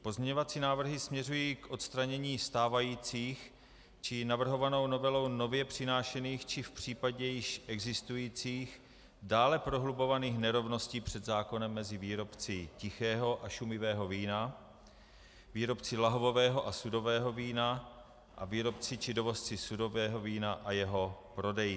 Pozměňovací návrhy směřují k odstranění stávajících či navrhovanou novelou nově přinášených či v případě již existujících dále prohlubovaných nerovností před zákonem mezi výrobci tichého a šumivého vina, výrobci lahvového a sudového vína a výrobci či dovozci sudového vína a jeho prodejci.